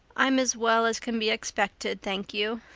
i'm as well as can be expected, thank you,